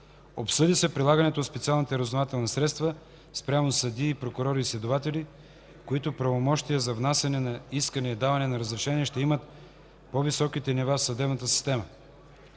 Обсъди се прилагането на специалните разузнавателни средства спрямо съдии, прокурори и следователи, които правомощия за внасяне на искане и даване на разрешение ще имат най-високите нива в съдебната система.